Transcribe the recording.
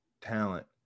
talent